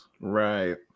Right